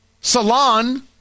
salon